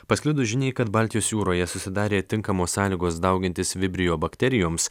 pasklidus žiniai kad baltijos jūroje susidarė tinkamos sąlygos daugintis vibrio bakterijoms